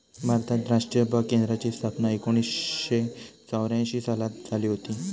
भारतात राष्ट्रीय बाग केंद्राची स्थापना एकोणीसशे चौऱ्यांशी सालात झाली हुती